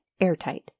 airtight